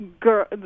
girl